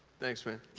thanks, man.